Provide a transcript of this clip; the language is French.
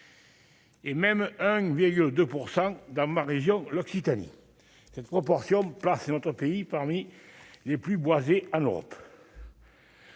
un goût de % dans ma région, l'Occitanie, cette proportion place notre pays parmi les plus boisé à l'Europe.